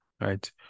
right